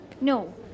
no